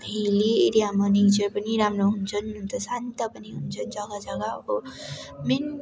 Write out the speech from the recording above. hilly एरियामा nature पनि राम्रो हुन्छन् अन्त शान्त पनि हुन्छ जग्गा जग्गा अब मेन